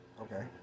okay